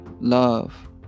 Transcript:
Love